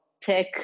tech